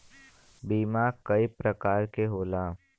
बीमा कई परकार के होला